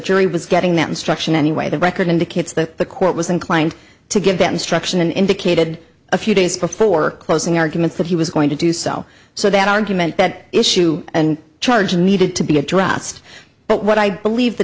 jury was getting that instruction anyway the record indicates that the court was inclined to give that instruction indicated a few days before closing arguments that he was going to do so so that argument that issue and charge needed to be addressed but what i believe the